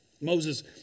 Moses